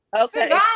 Okay